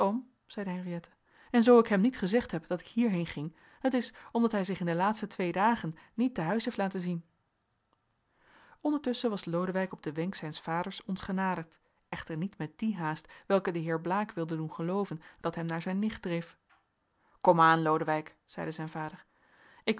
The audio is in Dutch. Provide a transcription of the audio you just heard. en zoo ik hem niet gezegd heb dat ik hierheen ging het is omdat hij zich in de laatste twee dagen niet te huis heeft laten zien ondertusschen was lodewijk op den wenk zijns vaders ons genaderd echter niet met die haast welke de heer blaek wilde doen gelooven dat hem naar zijn nicht dreef komaan lodewijk zeide zijn vader ik